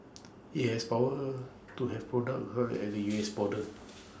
IT has power to have products halted at the U S border